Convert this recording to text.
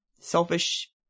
selfish